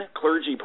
clergy